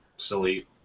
silly